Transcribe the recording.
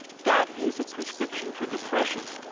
that is a prescription for depression.